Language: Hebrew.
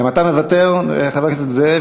גם אתה מוותר, חבר הכנסת זאב?